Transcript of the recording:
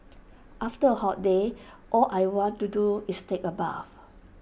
after A hot day all I want to do is take A bath